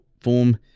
form